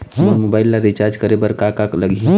मोर mobile ला recharge करे बर का का लगही?